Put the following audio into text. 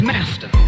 master